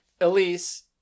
Elise